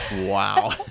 Wow